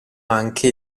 anche